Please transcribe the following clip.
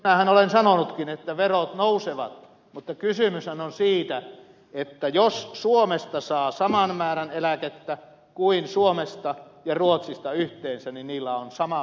minähän olen sanonutkin että verot nousevat mutta kysymyshän on siitä että jos suomesta saa saman määrän eläkettä kuin suomesta ja ruotsista yhteensä niin niillä on sama verotus